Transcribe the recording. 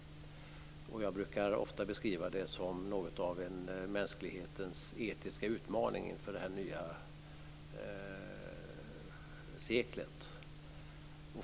Jag brukar ofta beskriva den som något av mänsklighetens etiska utmaning inför det nya seklet.